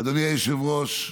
אדוני היושב-ראש,